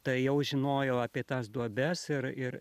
tai jau žinojau apie tas duobes ir ir